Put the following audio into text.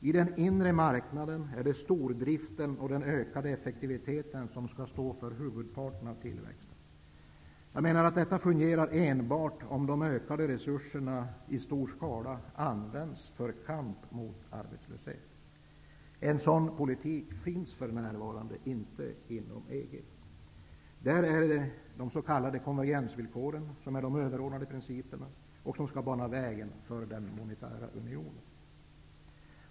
På den inre marknaden är det stordriften och den ökade effektiviteten som skall stå för huvuddelen av tillväxten. Enligt min mening fungerar detta enbart om de ökade resurserna i stor skala används till kampen mot arbetslösheten. Någon sådan politik finns för närvarande inte inom EG. Där är det de s.k. konvergensvillkoren som är de överordnade principerna och som skall bana väg för den monetära unionen.